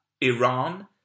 Iran